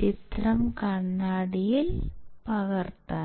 ചിത്രം കണ്ണാടിയിൽ പകർത്തി